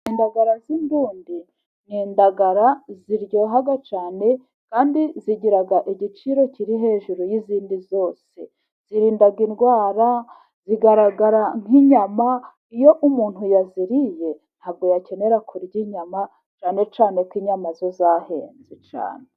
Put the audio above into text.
Indagara z'indundi ni indagara ziryoha cyane kandi zigira igiciro kiri hejuru y'izindi zose, zirinda indwara zigaragara nk'inyama, iyo umuntu yaziriye ntabwo yakenera kurya inyama, cyane cyane ko inyama zo zahenze cyane.